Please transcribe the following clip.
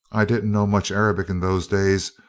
i didn't know much arabic in those days,